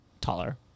Taller